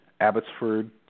Abbotsford